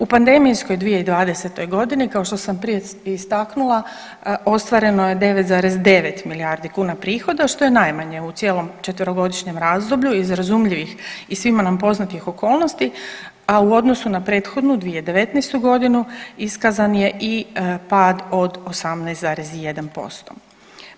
U pandemijskoj 2020.g. kao što sam prije istaknula ostvareno je 9,9 milijardi kuna prihoda, što je najmanje u cijelom 4-godišnjem razdoblju iz razumljivih i svima nam poznatih okolnosti, a u odnosu na prethodnu 2019.g. iskazan je pad od 18,1%